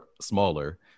smaller